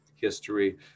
history